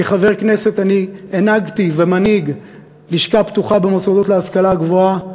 כחבר כנסת אני הנהגתי ומנהיג לשכה פתוחה במוסדות להשכלה גבוהה.